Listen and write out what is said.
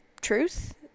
truth